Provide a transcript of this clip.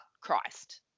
Christ